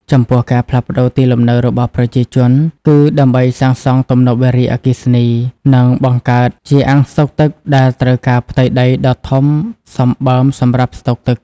ចំពោះ ការផ្លាស់ទីលំនៅរបស់ប្រជាជន គឺដើម្បីសាងសង់ទំនប់វារីអគ្គិសនី និងបង្កើតជាអាងស្តុកទឹកដែលត្រូវការផ្ទៃដីដ៏ធំសម្បើមសម្រាប់ស្តុបទឹក។